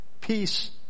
Peace